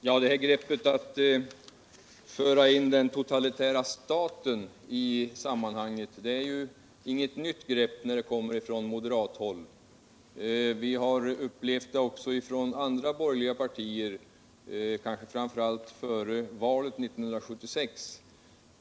Herr talman! Greppet att föra in den totalitära staten i sammanhanget är ju ingel nytt grepp när det kommer från moderathåll. Vi har upplevt det också från andra borgerliga partier, 1. ex. före valet 1976.